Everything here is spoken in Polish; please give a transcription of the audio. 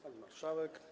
Pani Marszałek!